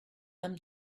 them